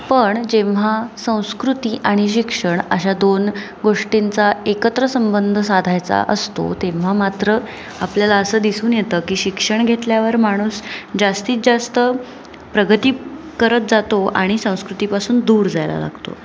पण जेव्हा संस्कृती आणि शिक्षण अशा दोन गोष्टींचा एकत्र संबंध साधायचा असतो तेव्हा मात्र आपल्याला असं दिसून येतं की शिक्षण घेतल्यावर माणूस जास्तीत जास्त प्रगती करत जातो आणि संस्कृतीपासून दूर जायला लागतो